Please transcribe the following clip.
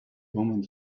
omens